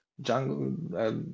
jungle